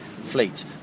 fleet